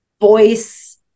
voice